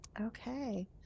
Okay